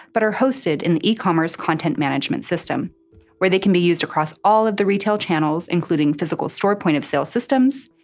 but are hosted in the ecommerce content management system where they can be used across all of the retail channels including physical store point-of-sale systems,